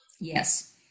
Yes